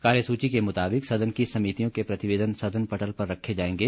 कार्य सूची के मुताबिक सदन की समितियों के प्रतिवेदन सदन पटल पर रखे जाएंगे